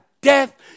death